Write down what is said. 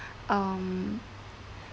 um